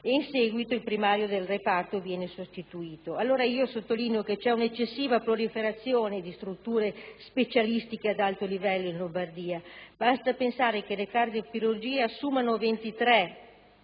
ed in seguito il primario del reparto viene sostituito. Sottolineo, allora, che vi è un'eccessiva proliferazione di strutture specialistiche ad alto livello in Lombardia: basta pensare che le cardiochirurgie assommano a 23,